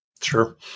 Sure